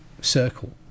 circle